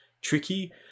tricky